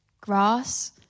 Grass